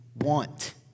want